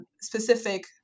specific